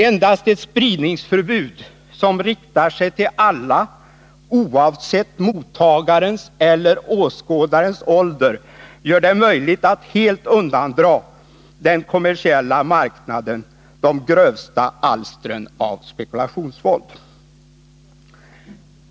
Endast ett spridningsförbud som riktar sig till alla, oavsett mottagarens eller åskådarens ålder, gör det möjligt att helt undandra den kommersiella marknaden de grövsta alstren av spekulationsvåld.